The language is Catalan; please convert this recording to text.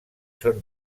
són